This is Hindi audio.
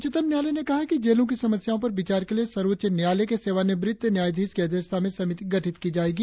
उच्चतम न्यायलय ने कहा है कि जेलों की समस्याओं पर विचार के लिए सर्वोच्च न्यायालय के सेवानिवृत न्यायाधीश की अध्यक्षता में समिति गठित की जाएगी